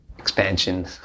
expansion